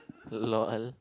lol